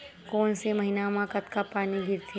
कोन से महीना म कतका पानी गिरथे?